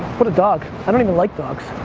what a dog. i don't even like dogs.